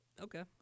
Okay